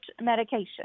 medication